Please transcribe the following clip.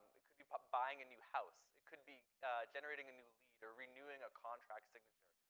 it could be but buying a new house. it could be generating a new lead or renewing a contract signature.